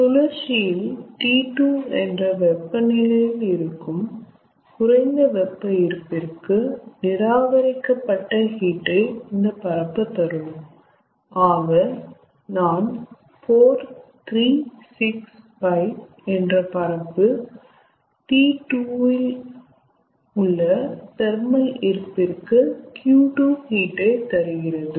சுழற்சியில் T2 என்ற வெப்பநிலையில் இருக்கும் குறைந்த வெப்ப இருப்பிற்கு நிராகரிக்கப்பட்ட ஹீட் ஐ இந்த பரப்பு தரும் ஆக நான் 4 3 6 5 என்ற பரப்பு T2 இல் உள்ள தெர்மல் இருப்பிற்கு Q2 ஹீட் ஐ தருகிறது